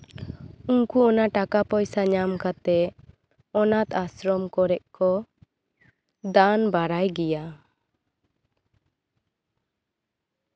ᱩᱱᱠᱩ ᱚᱱᱟ ᱴᱟᱠᱟ ᱯᱚᱭᱥᱟ ᱧᱟᱢ ᱠᱟᱛᱮᱜ ᱚᱱᱟᱛ ᱟᱥᱨᱚᱢ ᱠᱚᱨᱮᱜ ᱠᱚ ᱫᱟᱱ ᱵᱟᱲᱟᱭ ᱜᱮᱭᱟ